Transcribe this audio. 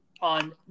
on